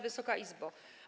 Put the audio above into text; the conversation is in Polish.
Wysoka Izbo!